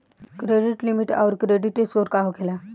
Credit limit आउर credit score का होखेला?